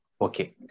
okay